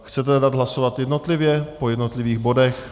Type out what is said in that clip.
Chcete dát hlasovat jednotlivě, po jednotlivých bodech?